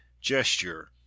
gesture